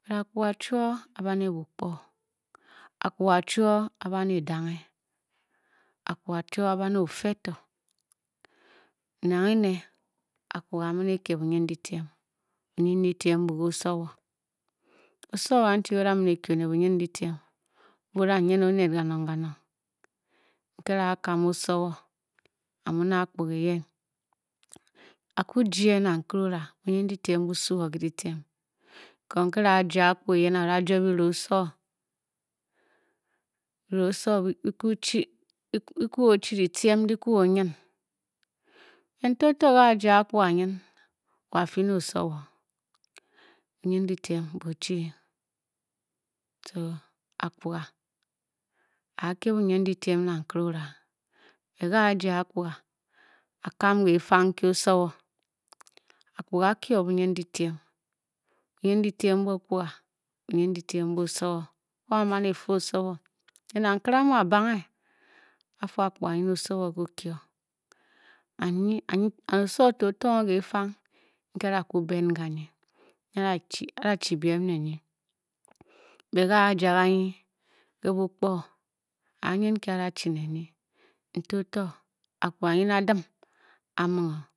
Le apkprga chor a bale bopko apkor chor a bale bo deng apkor chor bale oker tor ene apkprga a mni ker bo yen letem bo yen letem embu osowor osowor han chi haga o'ye mani ge o'nel bo yen letem inbo bara yen o'nel kanur kanur nkere akan osowor amuli aphorga yen aku na utse ora boye letem mbu letem Kon inkele ajar apkor yen a jar gela osowor gela osowor ge ku chi ke tur chi letem ke pkur yen ban bor tor a ba jar aphorga inen badeli osowor bo yen letem bu chi ter aphorga a her bo yen letem na letina na nkele olla but are Jare aphorga kan kafung inke osowor aphorga a keo or boye letem letem bo yen letem bo pkeo bo yen letem embu osowor o Mani ker osowor kenar inkele mu aba bange bafu aphorga inye osowor in garbo que inye na osowor for otong or gey feng mtale akun Ben Kaye nkele ara chi hem lenye mega nja ganye le bu pkir ga yen ingele ga du le ye nbele o Tor aphorga ye a dem a Nung o